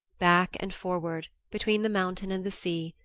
back and forward, between the mountain and the sea,